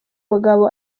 mugabo